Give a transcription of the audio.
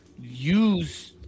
use